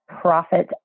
Profit